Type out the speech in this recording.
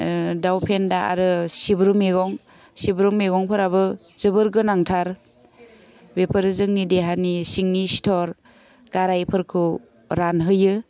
दाव फेन्दा आरो सिब्रु मेगं सिब्रु मेगंफोराबो जोबोर गोनांथार बेफोरो जोंनि देहानि सिंनि सिथर गाराइफोरखौ रानहोयो